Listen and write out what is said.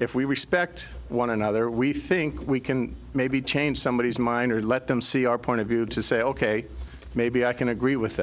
if we respect one another we think we can maybe change somebodies mine or let them see our point of view to say ok maybe i can agree with